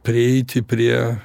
prieiti prie